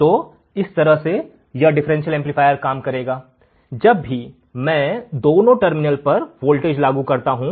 तो इस तरह से यह डिफरेंशियल एम्पलीफायर काम करेगा जब भी मैं दोनों टर्मिनलों पर वोल्टेज लागू करता हूं